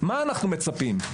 מה אנחנו מצפים?